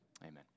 Amen